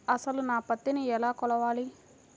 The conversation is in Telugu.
అసలు నా పత్తిని ఎలా కొలవాలి?